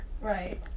Right